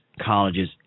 colleges